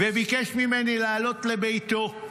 וביקש ממני לעלות לביתו.